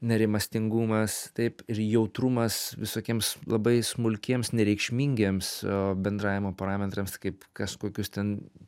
nerimastingumas taip ir jautrumas visokiems labai smulkiems nereikšmingiems bendravimo parametrams kaip kazkokius ten